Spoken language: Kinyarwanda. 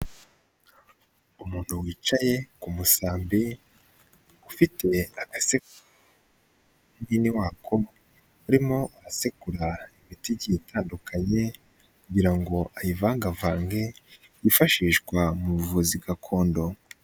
Umuntu wicaye ku musambi, ufite agasekuru n'umuhini wako, arimo asekura imiti igiye itandukanye kugira ngo ayivangavange, yifashishwa mu buvuzi gakondo.